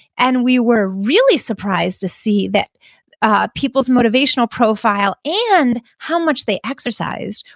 and we were really surprised to see that ah people's motivational profile, and how much they exercised,